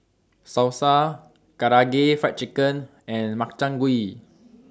Salsa Karaage Fried Chicken and Makchang Gui